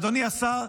ואדוני השר,